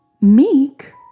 Meek